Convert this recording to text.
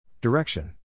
Direction